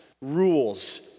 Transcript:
rules